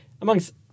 amongst